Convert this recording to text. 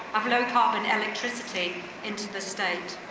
of low carbon electricity into the state.